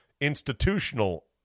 institutional